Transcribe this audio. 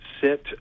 sit